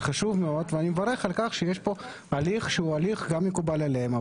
זה חשוב מאוד ואני מברך על כך שיש פה הליך שהוא גם הליך שמקובל עליהם.